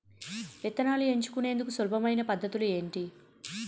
విత్తనాలను ఎంచుకునేందుకు సులభమైన పద్ధతులు ఏంటి?